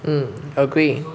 mm agree